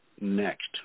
next